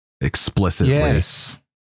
explicitly